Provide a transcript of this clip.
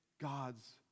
God's